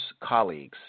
colleagues